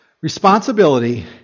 Responsibility